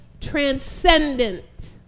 transcendent